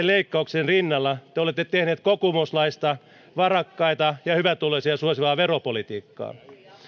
leikkauksien rinnalla te olette tehneet kokoomuslaista varakkaita ja hyvätuloisia suosivaa veropolitiikkaa